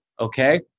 okay